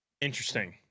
Interesting